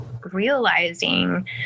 realizing